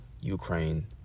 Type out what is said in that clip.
Ukraine